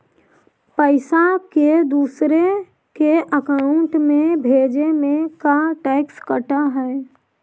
पैसा के दूसरे के अकाउंट में भेजें में का टैक्स कट है?